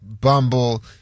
Bumble